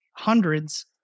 hundreds